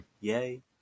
Yay